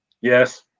Yes